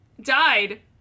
died